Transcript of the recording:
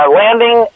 landing